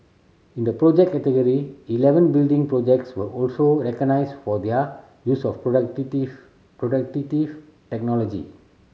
in the Project category eleven building projects were also recognised for their use of technology